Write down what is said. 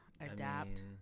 adapt